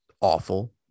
Awful